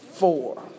Four